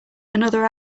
another